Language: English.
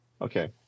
Okay